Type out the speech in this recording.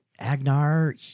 Agnar